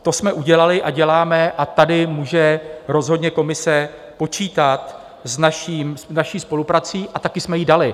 To jsme udělali a děláme a tady může rozhodně komise počítat s naší spoluprací a také jsme ji dali.